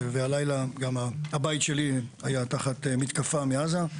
והלילה גם הבית שלי היה תחת מתקפה מעזה.